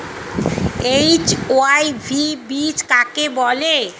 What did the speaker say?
HYV বীজ কাকে বলে?